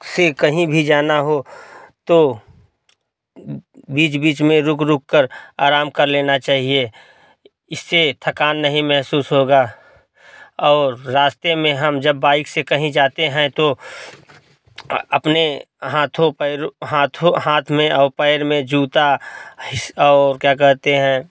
से कहीं भी जाना हो तो बीच बीच में रुक रुक कर आराम कर लेना चाहिए इससे थकान नहीं महसूस होगा और रास्ते में हम जब बाइक से कहीं जाते हैं तो अपने हाथों पैरों हाथों हाथ में और पैर में जूता और क्या कहते हैं